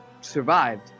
survived